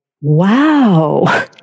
wow